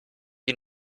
die